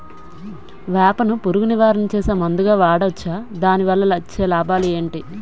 వేప ను పురుగు నివారణ చేసే మందుగా వాడవచ్చా? దాని వల్ల వచ్చే లాభాలు ఏంటి?